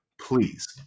please